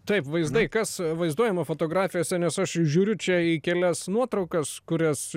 taip vaizdai kas vaizduojama fotografijose nes aš žiūriu čia į kelias nuotraukas kurias